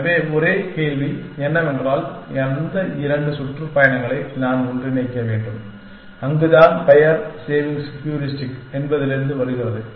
எனவே ஒரே கேள்வி என்னவென்றால் எந்த இரண்டு சுற்றுப்பயணங்களை நான் ஒன்றிணைக்க வேண்டும் அங்குதான் பெயர் ஷேவிங்ஸ் ஹியூரிஸ்டிக் என்பதிலிருந்து வருகிறது